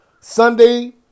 Sunday